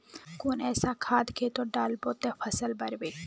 कुन ऐसा खाद खेतोत डालबो ते फसल बढ़बे?